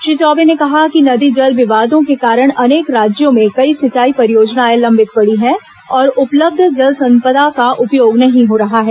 श्री चौबे ने कहा कि नदी जल विवादों के कारण अनेक राज्यों में कई सिंचाई परियोजनाएं लंबित पड़ी है और उपलब्ध जलसंपदा का उपयोग नहीं हो रहा हैं